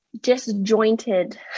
disjointed